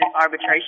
arbitration